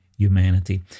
humanity